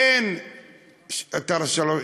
אין שלוש,